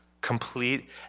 Complete